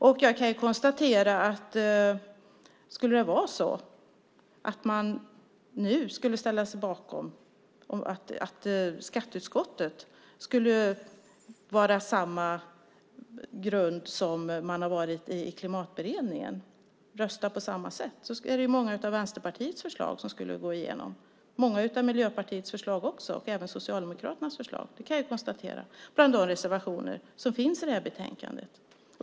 Om man nu skulle rösta på samma sätt som man gjorde i Klimatberedningen är det många av Vänsterpartiets och även Miljöpartiets och Socialdemokraternas förslag som nu skulle gå igenom. Det kan jag konstatera när jag läser reservationerna i betänkandet.